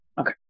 okay